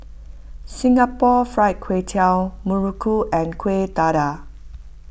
Singapore Fried Kway Tiao Muruku and Kuih Dadar